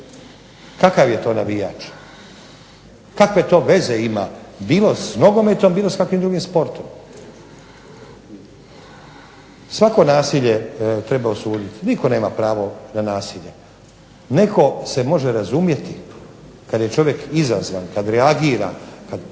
Kakav je to navijač? Kakve to veze ima bilo s nogometom bilo s kakvim drugim sportom? Svako nasilje treba osuditi, nitko nema pravo na nasilje. Netko se može razumjeti kada je čovjek izazvan, kada reagira, ali